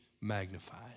magnified